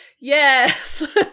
Yes